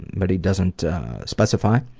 but he doesn't specify.